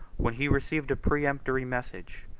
when he received a peremptory message,